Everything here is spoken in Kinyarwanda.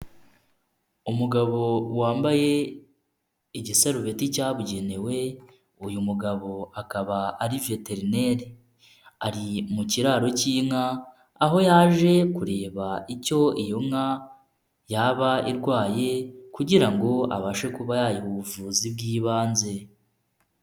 Umugabo wambaye igisarubeti cyabugenewe, uyu mugabo akaba ari veterineri, ari mu kiraro cy'inka, aho yaje kureba icyo iyo nka yaba irwaye kugira ngo abashe kuba yariha ubuvuzi bw'ibanze.